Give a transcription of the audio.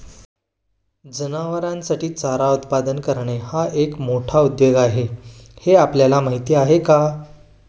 जनावरांसाठी चारा उत्पादन करणे हा एक मोठा उद्योग आहे हे आपल्याला माहीत आहे का?